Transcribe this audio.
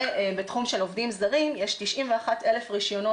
בתחום של עובדים זרים יש 91,000 רישיונות